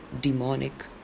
demonic